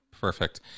Perfect